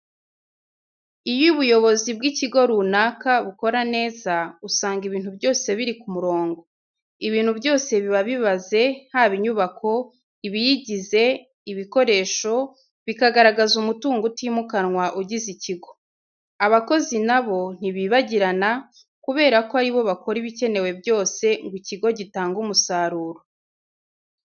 Iyo ubuyobozi bw'ikigo runaka bukora neza, usanga ibintu byose biri ku murongo. Ibintu byose biba bibaze, haba inyubako, ibiyigize, ibikoresho, bikagaragaza umutungo utimukanwa ugize ikigo. Abakozi na bo ntibibagirana, kubera ko ari bo bakora ibikenewe byose ngo ikigo gitange umusaruro.